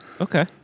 Okay